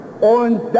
Und